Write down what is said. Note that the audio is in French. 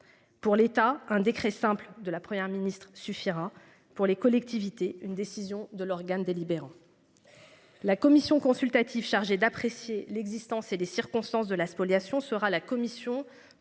Pour l'État, un décret simple de la Première ministre suffira pour les collectivités. Une décision de l'organe délibérant. La commission consultative chargée d'apprécier l'existence et les circonstances de la spoliation sera la Commission pour